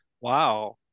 Wow